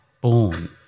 born